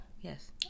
Yes